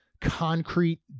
concrete